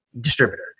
distributor